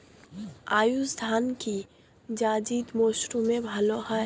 আউশ ধান কি জায়িদ মরসুমে ভালো হয়?